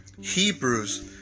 Hebrews